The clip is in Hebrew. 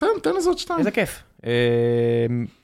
תן, תן איזה עוד שניים. איזה כיף. אמממ...